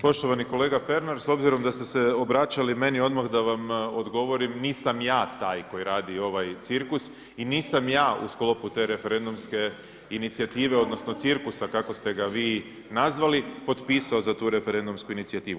Poštovani kolega Pernar, s obzirom da ste se obraćali meni, odmah da vam odgovorim, nisam ja taj koji radi ovaj cirkus i nisam ja u sklopu te referendumske inicijative odnosno cirkusa kako ste ga vi nazvali potpisao za tu referendumsku inicijativu.